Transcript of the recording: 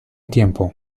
tiempo